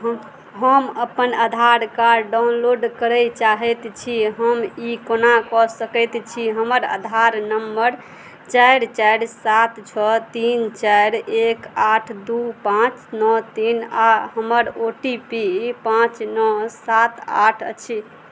हम अपन Aadhaar card download करय चाहैत छी हम ई कोना कऽ सकैत छी हमर आधार नम्बर चारि चारि सात छओ तीन चारि एक आठ दू पाँच नओ तीन आ हमर ओ टी पी पाँच नओ सात आठ अछि